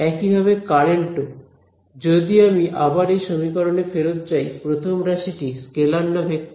একইভাবে কারেন্ট ও যদি আমি আবার এই সমীকরণে ফেরত যাই প্রথম রাশিটি স্কেলার না ভেক্টর